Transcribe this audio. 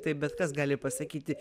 taip bet kas gali pasakyti